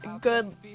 good